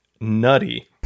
nutty